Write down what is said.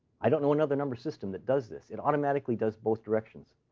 i don't know another number system that does this. it automatically does both directions.